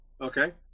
Okay